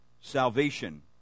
salvation